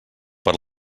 per